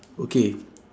okay